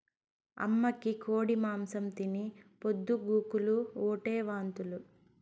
అమ్మకి కోడి మాంసం తిని పొద్దు గూకులు ఓటే వాంతులు